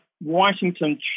Washington